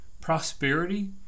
Prosperity